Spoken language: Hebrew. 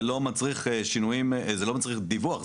זה לא מצריך שינויים, זה לא מצריך דיווח.